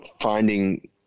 finding